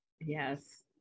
Yes